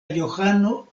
johano